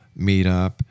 meetup